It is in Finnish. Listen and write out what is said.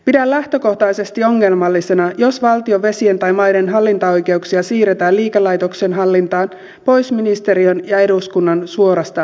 pidän lähtökohtaisesti ongelmallisena jos valtion vesien tai maiden hallintaoikeuksia siirretään liikelaitoksen hallintaan pois ministeriön ja eduskunnan suorasta valvonnasta